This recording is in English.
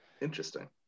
interesting